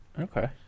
okay